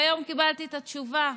והיום קיבלתי את התשובה: